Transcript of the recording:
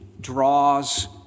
draws